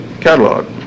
catalog